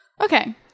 Okay